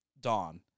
Dawn